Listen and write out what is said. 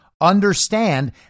Understand